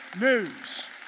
news